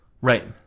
right